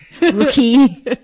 rookie